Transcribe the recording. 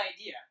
idea